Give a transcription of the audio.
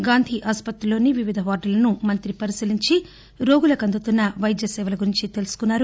గాంధీ ఆసుపత్రిలోని వివిధ వార్డులను మంత్రి పరిశీలించి రోగులకు అందుతున్న వైద్యసేవ గురించి తెలుసుకున్నారు